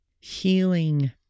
Healing